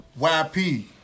YP